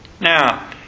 Now